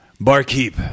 Barkeep